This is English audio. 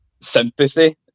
sympathy